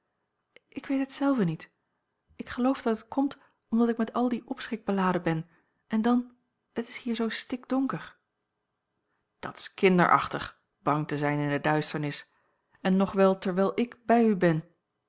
ik weet het zelve niet ik geloof dat het komt omdat ik met al dien opschik beladen ben en dan het is hier zoo stikdonker dat's kinderachtig bang te zijn in de duisternis en nog wel terwijl ik bij u ben